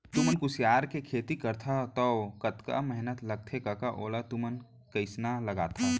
तुमन कुसियार के खेती करथा तौ कतका मेहनत लगथे कका ओला तुमन कइसना लगाथा